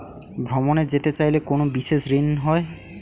ভ্রমণে যেতে চাইলে কোনো বিশেষ ঋণ হয়?